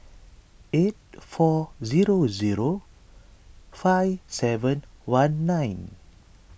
eight four zero zero five seven one nine